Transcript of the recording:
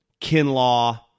Kinlaw